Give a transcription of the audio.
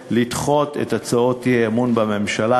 מהכנסת לדחות את הצעות האי-אמון בממשלה.